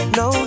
no